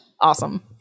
Awesome